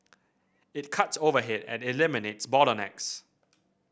it cuts overhead and eliminates bottlenecks